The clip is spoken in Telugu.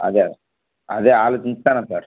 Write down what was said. అదే అదే ఆలోచించుతున్నాము సార్